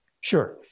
Sure